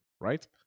Right